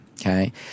Okay